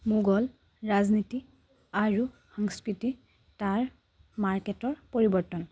মোগল ৰাজনীতি আৰু সংস্কৃতি তাৰ মাৰ্কেটৰ পৰিৱৰ্তন